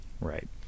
Right